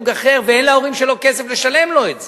אחר ואין להורים שלו כסף לשלם לו את זה,